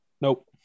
Nope